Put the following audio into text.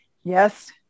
yes